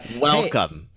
Welcome